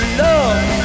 love